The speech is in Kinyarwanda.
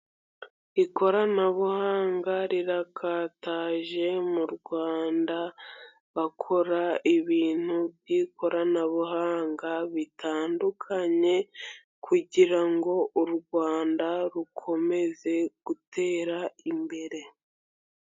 Ikoranabuhanga rirakataje mu rwanda, bakora ibintu by'ikoranabuhanga bitandukanye, kugira ngo urwanda rukomeze gutera imbere.